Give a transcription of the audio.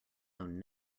own